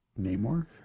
Namor